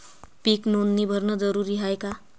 पीक नोंदनी भरनं जरूरी हाये का?